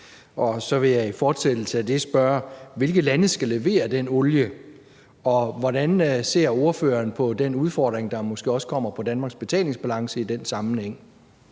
og så vil jeg i fortsættelse af det spørge: Hvilke lande skal levere den olie, og hvordan ser ordføreren på den udfordring, der måske også kommer på Danmarks betalingsbalance i den sammenhæng?